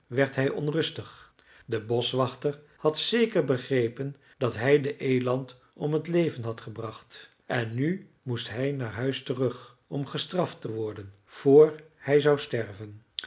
werd hij onrustig de boschwachter had zeker begrepen dat hij de eland om het leven had gebracht en nu moest hij naar huis terug om gestraft te worden vr hij zou sterven